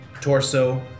torso